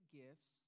gifts